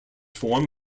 form